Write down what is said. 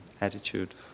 attitude